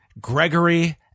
Gregory